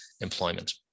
employment